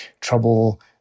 trouble